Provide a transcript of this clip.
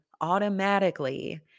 automatically